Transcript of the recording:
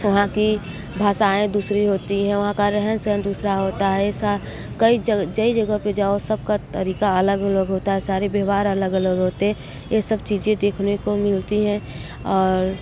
वहाँ की भाषाएँ दूसरी होती हैं वहाँ का रहन सहन दूसरा होता है ऐसा कई कई जगह पर जाओ सबका तरीका अलग अलग होता है सारे व्यवहार अलग अलग होते हैं यह सब चीज़ें देखने को मिलती है और